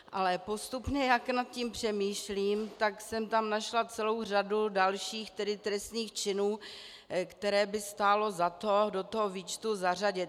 Ale postupně, jak nad tím přemýšlím, jsem tam našla celou řadu dalších trestných činů, které by stálo za to do toho výčtu zařadit.